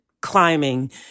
climbing